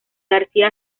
garcía